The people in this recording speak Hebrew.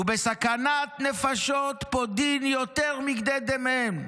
"ובסכנת נפשות פודין יותר מכדי דמיהן".